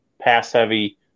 pass-heavy